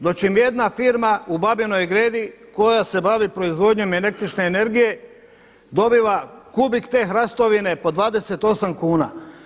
Dočim jedna firma u Babinoj Gredi koja se bavi proizvodnjom električne energije dobiva kubik te hrastovine po 28 kuna.